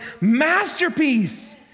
masterpiece